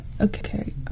Okay